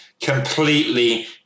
completely